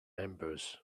members